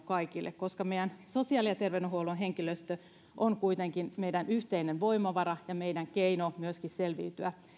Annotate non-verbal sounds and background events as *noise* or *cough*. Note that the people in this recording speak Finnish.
*unintelligible* kaikille koska meidän sosiaali ja terveydenhuollon henkilöstö on kuitenkin meidän yhteinen voimavara ja myöskin meidän keino selviytyä